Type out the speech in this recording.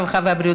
הרווחה והבריאות,